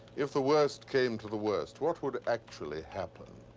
if the worst came to the worst, what would actually happen?